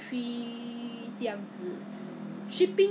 Ezbuy 有那时不是给 free mask mah don't know how many mask ah